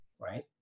right